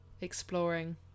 exploring